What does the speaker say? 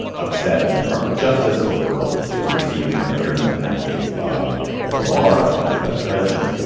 upset in the department of justice over some perceived interference in that case by bill bar, potentially by the president.